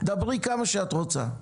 דברי כמה שאת רוצה.